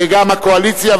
וגם הקואליציה,